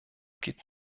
geht